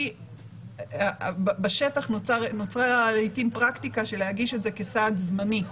כי בשטח נוצרה לעיתים פרקטיקה של להגיש את זה כסעד זמני.